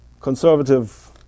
conservative